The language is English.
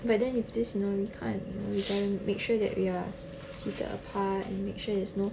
but then if this you know you can't you better make sure that we are seated apart and make sure that there's no